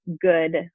good